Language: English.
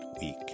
week